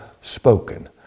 spoken